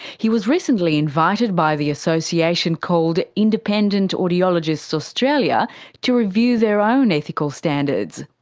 he was recently invited by the association called independent audiologists australia to review their own ethical standards.